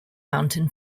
mountain